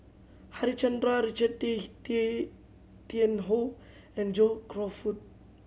Harichandra Richard Tay Tay Tian Hoe and John Crawfurd